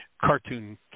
cartoon